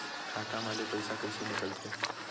खाता मा ले पईसा कइसे निकल थे?